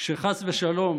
כשחס ושלום